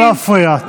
לא להפריע.